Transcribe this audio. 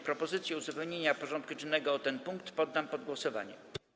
Propozycję uzupełnienia porządku dziennego o ten punkt poddam pod głosowanie.